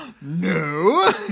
No